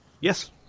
Yes